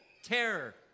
terror